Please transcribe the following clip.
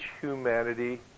humanity